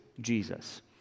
Jesus